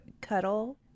cuddle